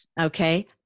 Okay